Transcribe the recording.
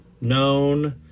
known